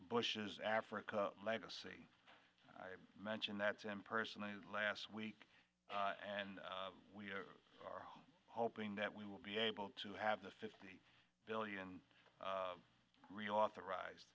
bush's africa legacy i mention that's him personally last week and we are hoping that we will be able to have the fifty billion real authorized